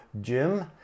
gym